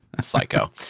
Psycho